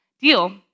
Deal